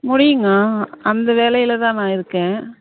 முடியுங்க அந்த வேலையில் தான் நான் இருக்கேன்